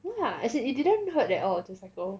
no ah as in it didn't hurt at all to cycle